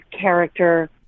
character